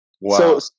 Wow